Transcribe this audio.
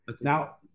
Now